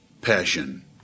passion